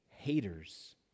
haters